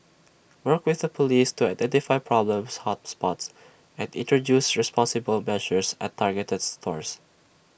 work with the Police to identify problems hot spots and introduce responsible measures at targeted stores